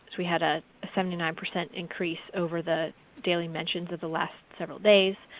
we had a seventy nine percent increase over the daily mentions of the last several days,